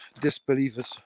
disbelievers